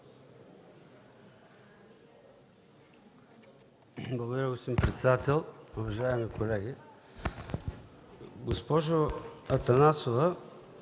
Благодаря Ви, господин председател. Уважаеми колеги! Госпожо Атанасова,